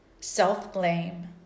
self-blame